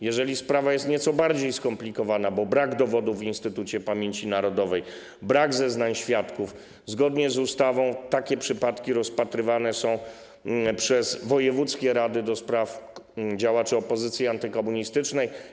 Jeżeli sprawa jest nieco bardziej skomplikowana, bo brak dowodów w Instytucie Pamięci Narodowej, brak zeznań świadków, to zgodnie z ustawą takie przypadki rozpatrywane są przez wojewódzkie rady do spraw działaczy opozycji antykomunistycznej.